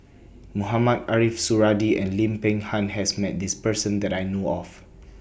Mohamed Ariff Suradi and Lim Peng Han has Met This Person that I know of